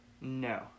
No